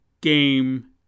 game